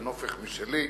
נופך משלי.